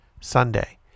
Sunday